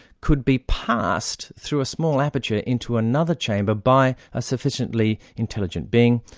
could be passed through a small aperture into another chamber by a sufficiently intelligent being,